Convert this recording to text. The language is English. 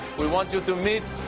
we want you to meet